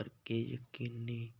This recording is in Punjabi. ਕਰਕੇ ਯਕੀਨੀ